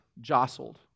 jostled